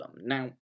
now